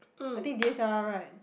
I think D_S_L_R right